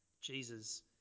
Jesus